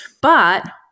But-